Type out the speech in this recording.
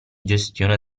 gestione